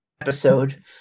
episode